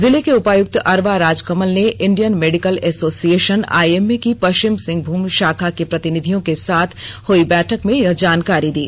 जिले के उपायुक्त अरवा राजकलम ने इंडियन मेडिकल एसोसिएशन आईएमए की पश्चिमी सिंहभूम शाखा के प्रतिनिधियों के साथ हई बैठक में यह जानकारी दी